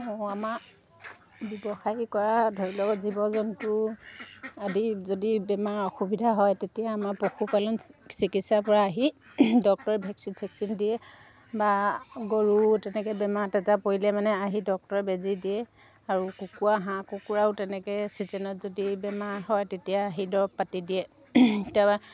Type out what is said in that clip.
অঁ আমাৰ ব্যৱসায়ী কৰা ধৰি লওক জীৱ জন্তু আদি যদি বেমাৰ অসুবিধা হয় তেতিয়া আমাৰ পশুপালন চিকিৎসাৰ পৰা আহি ডক্টৰে ভেকচিন চেকচিন দিয়ে বা গৰু তেনেকৈ বেমাৰ তেজ পৰিলে মানে আহি ডক্টৰে বেজি দিয়ে আৰু কুকুৰা হাঁহ কুকুৰাও তেনেকৈ ছিজনত যদি বেমাৰ হয় তেতিয়া আহি দৰৱ পাতি দিয়ে তাপা